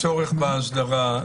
הצורך באסדרה?